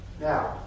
Now